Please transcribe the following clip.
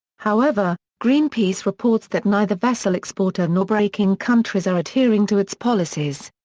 however, greenpeace reports that neither vessel exporter nor breaking countries are adhering to its policies.